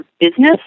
business